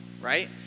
Right